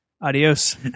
Adios